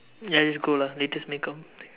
ya just go lah latest make up